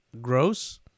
gross